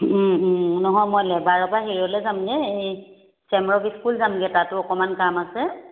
নহয় মই লেবাৰোৰ পৰা হেৰিয়ালৈ যামগৈ এই চেম্বাৰ অ'ফ ইস্কুল যামগৈ তাতো অকণমান কাম আছে